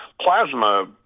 plasma